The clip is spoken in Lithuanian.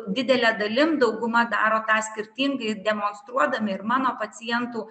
didele dalim dauguma daro tą skirtingai demonstruodami ir mano pacientų